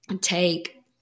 take